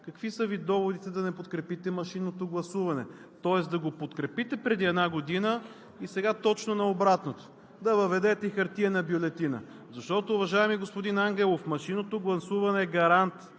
какви са доводите Ви да не подкрепите машинното гласуване, тоест да го подкрепите преди една година, а сега точно обратното – да въведете и хартиена бюлетина? Защото, уважаеми господин Ангелов, машинното гласуване е гарант